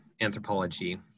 anthropology